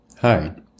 Hi